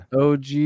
og